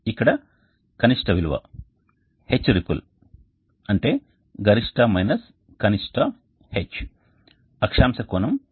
ఇక్కడ కనిష్ట విలువ H రిపుల్ గరిష్ట మైనస్ కనిష్ట H అక్షాంశ కోణం 12